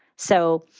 so